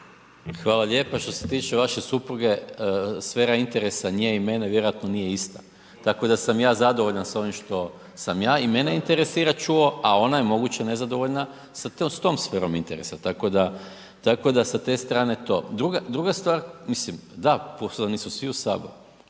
Gordan (SDP)** Što se tiče vaše supruge sfera interesa nje i mene vjerojatno nije ista. Tako da sam ja zadovoljan s ovim što sam ja i mene interesira čuo, a ona je moguće nezadovoljna s tom sferom interesa, tako da sa te strane to. Druga stvar, mislim da pozvani su svi u sabor,